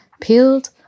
peeled